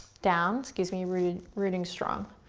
down, excuse me, rooting rooting strong.